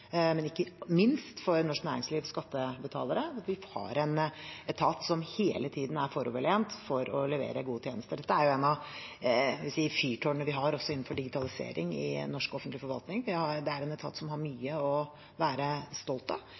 men ikke minst for norsk næringsliv og skattebetalere, at vi har en etat som hele tiden er foroverlent for å levere gode tjenester. Dette er et av fyrtårnene vi har også innenfor digitalisering i norsk offentlig forvaltning, det er en etat som har mye å være stolt av.